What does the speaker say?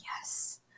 yes